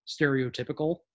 stereotypical